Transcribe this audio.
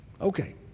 Okay